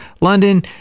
london